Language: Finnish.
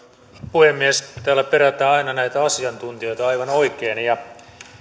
puhemies täällä perätään aina näitä asiantuntijoita aivan oikein